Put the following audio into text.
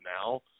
now